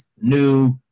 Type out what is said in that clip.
new